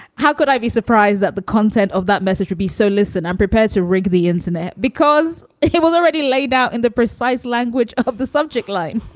how could i be surprised that the content of that message would be so listen unprepared to rig the internet because he was already laid out in the precise language of the subject line